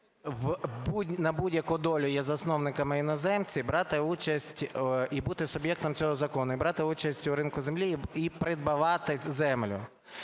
на будь-яку долю є засновниками іноземці, брати участь і бути суб'єктами цього закону і брати участь у ринку землі, і придбавати землю.